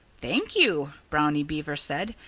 thank you! brownie beaver said.